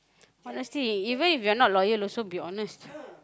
honesty even if you're not loyal also be honest